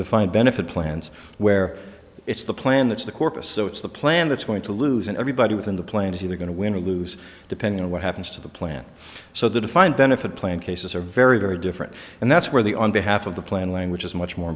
defined benefit plans where it's the plan that's the corpus so it's the plan that's going to lose and everybody within the plane is either going to win or lose depending on what happens to the plan so the defined benefit plan cases are very very different and that's where the on behalf of the plan language is much more